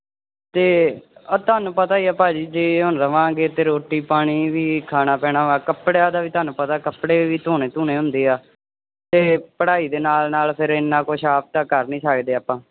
ਅਤੇ ਆ ਤੁਹਾਨੂੰ ਪਤਾ ਹੀ ਆ ਭਾਅ ਜੀ ਜੇ ਹੁਣ ਰਹਾਂਗੇ ਤਾਂ ਰੋਟੀ ਪਾਣੀ ਵੀ ਖਾਣਾ ਪੈਣਾ ਵਾ ਕੱਪੜਿਆਂ ਦਾ ਵੀ ਤੁਹਾਨੂੰ ਪਤਾ ਕੱਪੜੇ ਵੀ ਧੋਣੇ ਧੋਣੇ ਹੁੰਦੇ ਆ ਅਤੇ ਪੜ੍ਹਾਈ ਦੇ ਨਾਲ ਨਾਲ ਫਿਰ ਇੰਨਾ ਕੁਝ ਆਪ ਤਾਂ ਕਰ ਨਹੀਂ ਸਕਦੇ ਆਪਾਂ